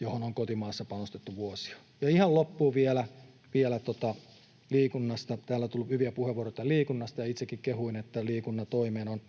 johon on kotimaassa panostettu vuosia. Ihan loppuun vielä liikunnasta: Täällä on tullut hyviä puheenvuoroja liikunnasta, ja itsekin kehuin, että liikuntatoimeen on